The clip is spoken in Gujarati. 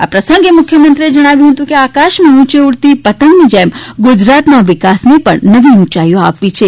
આ પ્રસંગે મુખ્યમંત્રીએ જણાવ્યું કે આકાશમાં ઉંચે ઉડતી પતંગની જેમ ગુજરાતના વિકાસને પણ નવી ઉંચાઇઓ આપવી છે